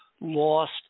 lost